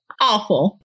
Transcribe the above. awful